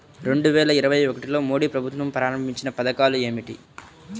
రెండు వేల ఇరవై ఒకటిలో మోడీ ప్రభుత్వం ప్రారంభించిన పథకాలు ఏమిటీ?